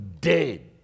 dead